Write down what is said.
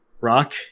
Rock